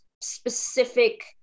specific